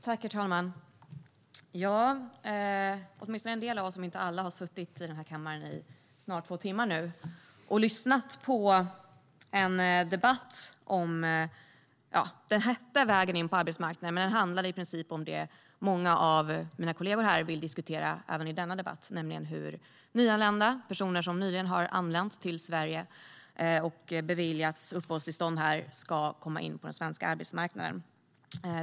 Herr talman! Åtminstone en del av oss, om inte alla, har suttit i kammaren i snart två timmar och lyssnat på en debatt. Den skulle handla om vägen in på arbetsmarknaden, men den handlade i princip om det som många av mina kollegor vill diskutera även i denna debatt, nämligen om hur personer som nyligen har anlänt till Sverige och beviljats uppehållstillstånd här ska komma in på den svenska arbetsmarknaden.